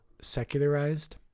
secularized